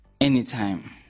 anytime